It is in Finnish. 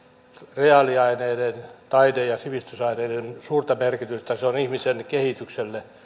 reaaliaineiden taide ja sivistysaineiden suurta merkitystä se on ihmisen kehitykselle